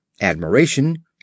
admiration